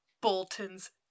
Bolton's